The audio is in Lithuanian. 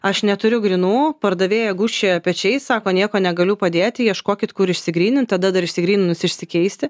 aš neturiu grynų pardavėja gūžčioja pečiais sako nieko negaliu padėti ieškokit kur išsigrynint tada dar išsigryninus išsikeisti